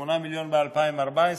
8 מיליון ב-2014,